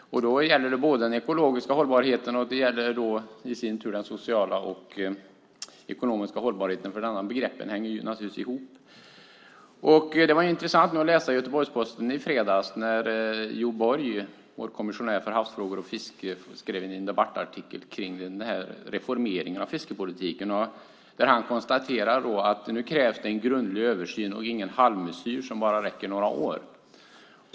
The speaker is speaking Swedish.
Det gäller både den ekologiska hållbarheten och den sociala och ekonomiska hållbarheten eftersom dessa hänger ihop. Det var intressant att i fredagens Göteborgs-Posten kunna läsa en debattartikel om reformeringen av fiskepolitiken skriven av Joe Borg, kommissionär för havsfrågor och fiske. I artikeln konstaterar kommissionären att det nu krävs en grundlig översyn i stället för en halvmesyr som bara räcker några år.